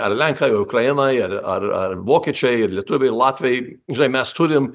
ar lenkai ar ukrainai ar ar ar vokiečiai ir lietuviai latviai žinai mes turim